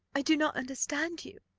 i do not understand you,